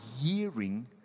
hearing